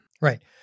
Right